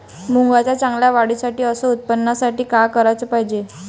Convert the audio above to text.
मुंगाच्या चांगल्या वाढीसाठी अस उत्पन्नासाठी का कराच पायजे?